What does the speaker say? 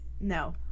no